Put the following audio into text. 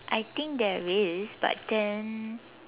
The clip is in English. I think there is but then